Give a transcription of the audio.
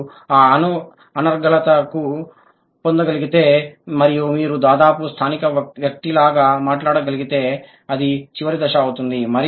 మీరు ఆ అనర్గళతను పొందగలిగితే మరియు మీరు దాదాపు స్థానిక వ్యక్తి లాగా మాట్లాడగలిగితే అది చివరి దశ అవుతుంది